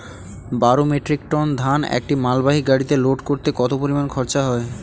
বারো metric ton ধান একটি মালবাহী গাড়িতে লোড করতে কতো পরিমাণ খরচা হয়?